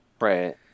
Right